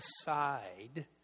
aside